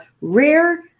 rare